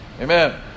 Amen